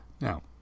Now